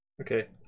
Okay